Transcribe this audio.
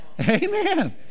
Amen